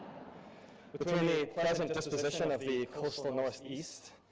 between the pleasant disposition of the coastal north east,